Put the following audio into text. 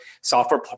software